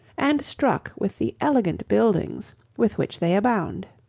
and struck with the elegant buildings with which they abound.